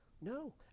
No